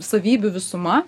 savybių visuma